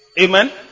Amen